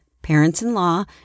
parents-in-law